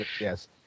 yes